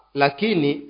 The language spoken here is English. lakini